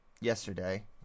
yesterday